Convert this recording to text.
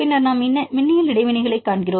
பின்னர் நாம் மின்னியல் இடைவினைகளைக் காண்கிறோம்